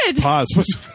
Pause